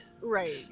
Right